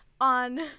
on